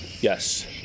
Yes